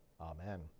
Amen